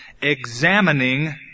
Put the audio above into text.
examining